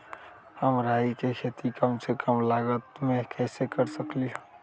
हम राई के खेती कम से कम लागत में कैसे कर सकली ह?